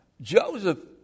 Joseph